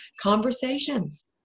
conversations